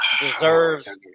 deserves